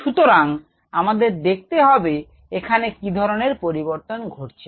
সুতরাং আমাদের দেখতে হবে এখানে কি ধরনের পরিবর্তন ঘটছে